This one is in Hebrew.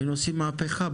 היינו עושים מהפיכה.